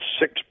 six